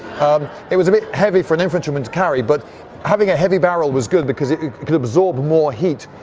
um it was a bit heavy for an infantryman to carry, but having a heavy barrel was good because it could absorb more heat.